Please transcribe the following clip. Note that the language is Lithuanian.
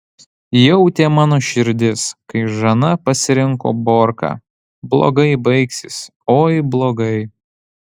jautė mano širdis kai žana pasirinko borką blogai baigsis oi blogai